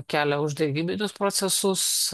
kelia uždegiminius procesus